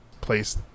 place